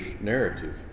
narrative